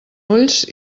ulls